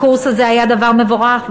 הקורס הזה היה דבר מבורך,